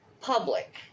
public